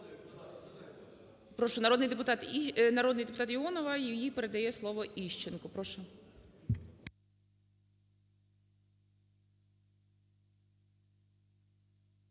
Прошу, народний депутатІонова. Їй передає слово Іщенко. Прошу.